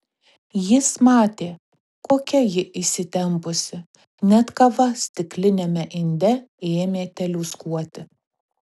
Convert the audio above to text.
jis matė kokia ji įsitempusi net kava stikliniame inde ėmė teliūskuoti